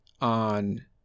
on